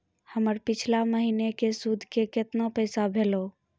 हमर पिछला महीने के सुध के केतना पैसा भेलौ?